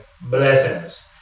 blessings